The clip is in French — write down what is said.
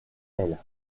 elles